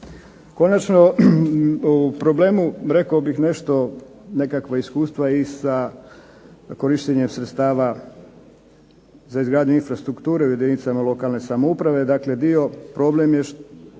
Konačno, u problemu rekao bih nekakva iskustva i sa korištenjem sredstava za izgradnju infrastrukture u jedinicama lokalne samouprave. Dakle problem je da